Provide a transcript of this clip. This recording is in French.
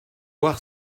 voir